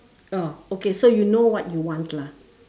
oh okay so you know what you want lah